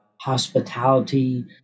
hospitality